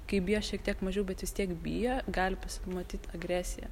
kai bijo šiek tiek mažiau bet vis tiek bijo gali pasimatyt agresija